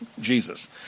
Jesus